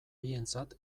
bientzat